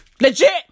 Legit